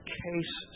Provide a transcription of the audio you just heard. case